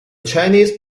chinese